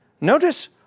Notice